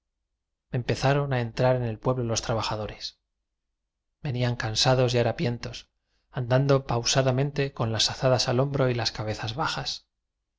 empezaron a entrar en el pueblo los trabajadores venían cansados y harapientos andando pausadamente con las azadas al hombro y las cabezas bajas